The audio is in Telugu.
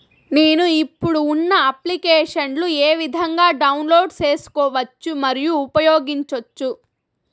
నేను, ఇప్పుడు ఉన్న అప్లికేషన్లు ఏ విధంగా డౌన్లోడ్ సేసుకోవచ్చు మరియు ఉపయోగించొచ్చు?